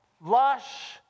lush